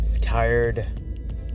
tired